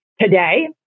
today